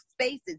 spaces